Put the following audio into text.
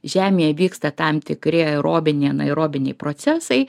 žemėje vyksta tam tikri aerobiniai anaerobiniai procesai